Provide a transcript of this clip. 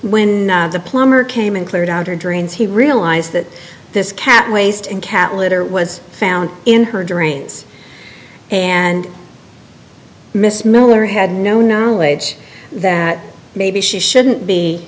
when the plumber came and cleared out her drains he realized that this cat waste and cat litter was found in her drains and miss miller had no knowledge that maybe she shouldn't be